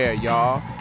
y'all